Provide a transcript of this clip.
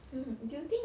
mm do you think